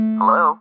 Hello